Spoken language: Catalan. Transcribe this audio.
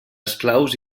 esclaus